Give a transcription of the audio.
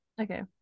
Okay